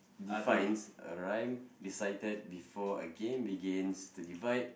defines a rhyme recited before a game begins to divide